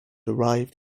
arrived